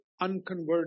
unconverted